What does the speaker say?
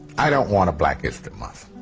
i don't want a black history month